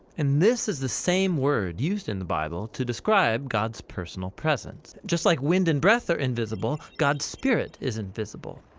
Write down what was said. and this is the same word used in the bible, to describe god's personal presence. just like wind and breath are invisible, god's spirit, is invisible.